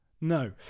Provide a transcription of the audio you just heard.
No